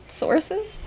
sources